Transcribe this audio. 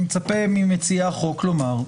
מצפה ממציעי החוק לומר,